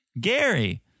Gary